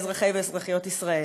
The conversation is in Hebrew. לאזרחי ואזרחיות ישראל,